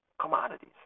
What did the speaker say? commodities